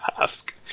ask